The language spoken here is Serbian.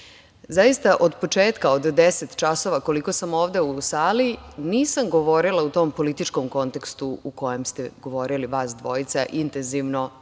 Zaista od početka od 10.00 časova koliko sam ovde, nisam govorila u tom političkom kontekstu u kojem ste govorili vas dvojica, intenzivno